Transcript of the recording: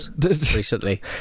Recently